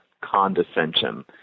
condescension